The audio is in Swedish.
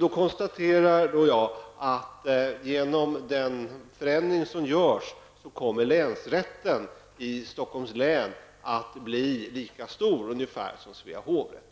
Jag konstaterar att genom den förändring som görs kommer länsrätten i Stockholms län att bli ungefär lika stor som Svea hovrätt.